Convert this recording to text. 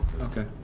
Okay